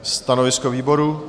Stanovisko výboru?